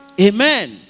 Amen